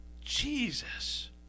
Jesus